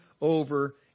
over